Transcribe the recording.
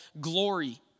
Glory